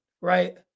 right